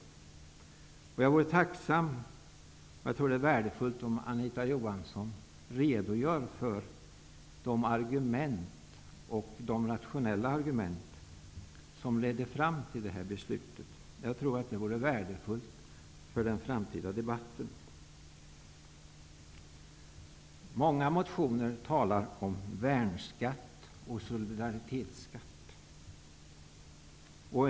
Jag vore tacksam om Anita Johansson redogör för de rationella argument som ledde fram till det beslutet. Jag tror att det vore värdefullt för den framtida debatten. I många motioner talas det om värnskatt och solidaritetsskatt.